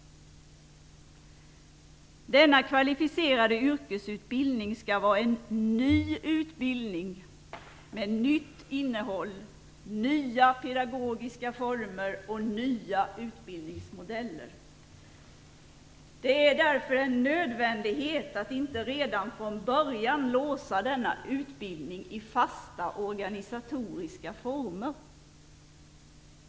Denna kvalificerade yrkesutbildning skall vara en ny utbildning, med nytt innehåll, nya pedagogiska former och nya utbildningsmodeller. Det är därför en nödvändighet att inte redan från början låsa denna utbildning i fasta organisatoriska former.